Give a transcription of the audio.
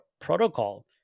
protocol